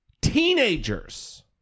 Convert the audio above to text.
teenagers